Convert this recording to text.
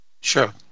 Sure